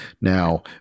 Now